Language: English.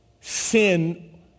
Sin